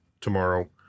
tomorrow